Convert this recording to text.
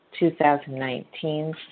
2019